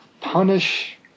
punish